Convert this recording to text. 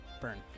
burn